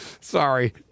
Sorry